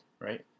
right